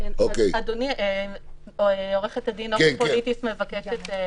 אדוני, עורכת הדין נוחי פוליטיס מבקשת לדבר.